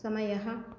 समयः